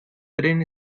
tren